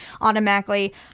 automatically